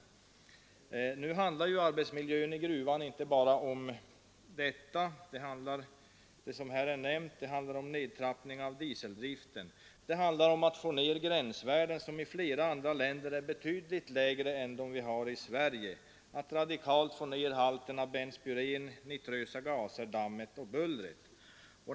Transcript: Men när det gäller gruvarbetarnas arbetsmiljö handlar det inte bara om att få bort radongasen — det handlar också om en nedtrappning av dieseldriften, om att få ned gränsvärdena, som i flera andra länder är betydligt lägre än i Sverige, om att radikalt få ned halten av benspyrén, nitrösa gaser, damm och buller.